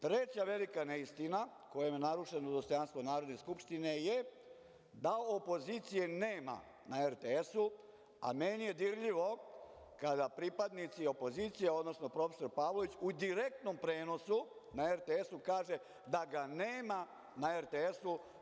Treća velika neistina kojom je narušeno dostojanstvo Narodne skupštine je da opozicije nema na RTS, a meni je dirljivo kada pripadnici opozicije, odnosno profesor Pavlović u direktnom prenosu na RTS-u kaže da ga nema na RTS-u.